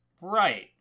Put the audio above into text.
Right